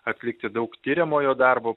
atlikti daug tiriamojo darbo